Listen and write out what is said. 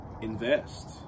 invest